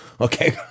Okay